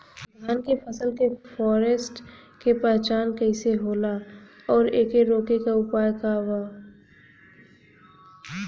धान के फसल के फारेस्ट के पहचान कइसे होला और एके रोके के उपाय का बा?